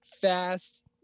fast